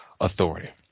Authority